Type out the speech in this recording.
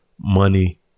money